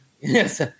Yes